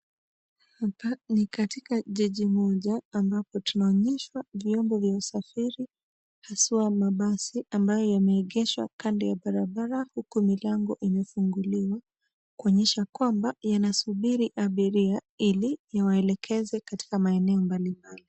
Ni katika jiji moja ambapo tunaonyeshwa vyombo vya usafiri haswa mabasi ambayo yameegeshwa kandoya barabara huku milango imefunguliwa kuonyesha kwamba yanasubiri abiria ili iwaelekeze katika maeneo mbalimbali.